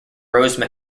rose